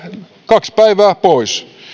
kaksi päivää pois